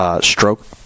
Stroke